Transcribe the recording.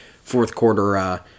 fourth-quarter